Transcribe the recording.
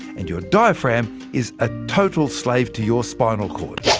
and your diaphragm is a total slave to your spinal cord.